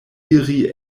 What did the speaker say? iri